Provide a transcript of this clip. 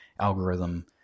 algorithm